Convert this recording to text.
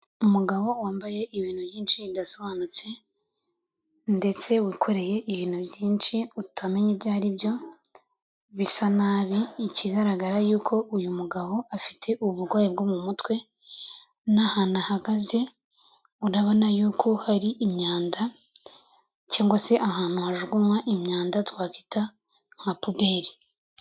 Umugabo wambaye ibintu byinshi bidasobanutse ndetse wikoreye ibintu byinshi utamenya ibyo ari byo bisa nabi, ikigaragara yuko uyu mugabo afite uburwayi bwo mu mutwe n'ahantu ahagaze urabona yuko hari imyanda cyangwa se ahantu hajugunywa imyanda twakwita nka puberi.